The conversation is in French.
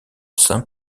saint